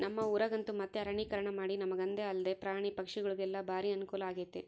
ನಮ್ಮ ಊರಗಂತೂ ಮತ್ತೆ ಅರಣ್ಯೀಕರಣಮಾಡಿ ನಮಗಂದೆ ಅಲ್ದೆ ಪ್ರಾಣಿ ಪಕ್ಷಿಗುಳಿಗೆಲ್ಲ ಬಾರಿ ಅನುಕೂಲಾಗೆತೆ